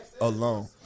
alone